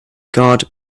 guard